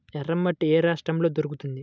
ఎర్రమట్టి ఏ రాష్ట్రంలో దొరుకుతుంది?